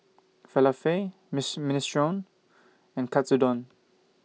Falafel Miss Minestrone and Katsudon